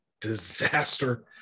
disaster